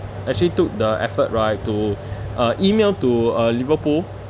actually took the effort right to uh email to uh liverpool